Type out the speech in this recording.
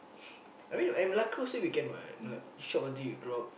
I mean at Malacca also we can [what] Mela~ shop until you drop